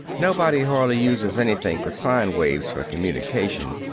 nobody hardly uses anything but sine waves for communication,